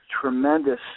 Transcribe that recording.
tremendous